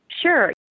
Sure